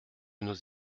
nos